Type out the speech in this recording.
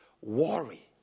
Worry